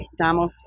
estamos